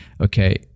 okay